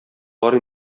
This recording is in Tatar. бар